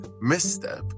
misstep